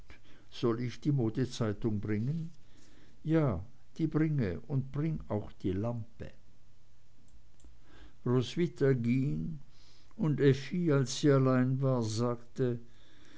soll ich die modezeitung bringen ja die bringe und bring auch die lampe roswitha ging und effi als sie allein war sagte